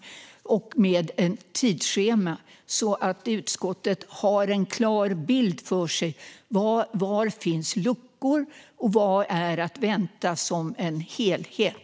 Till detta behövs också ett tidsschema så att utskottet har en klar bild för sig om var det finns luckor och vad som är att vänta som en helhet.